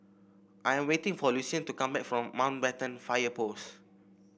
I'm waiting for Lucien to come back from Mountbatten Fire Post